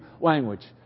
language